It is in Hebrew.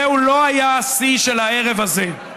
זהו לא היה השיא של הערב הזה.